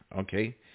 okay